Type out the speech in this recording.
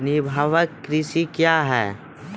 निवाहक कृषि क्या हैं?